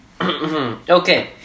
Okay